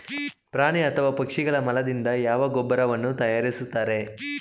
ಪ್ರಾಣಿ ಅಥವಾ ಪಕ್ಷಿಗಳ ಮಲದಿಂದ ಯಾವ ಗೊಬ್ಬರವನ್ನು ತಯಾರಿಸುತ್ತಾರೆ?